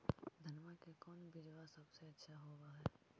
धनमा के कौन बिजबा सबसे अच्छा होव है?